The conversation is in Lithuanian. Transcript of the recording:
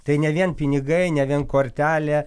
tai ne vien pinigai ne vien kortelė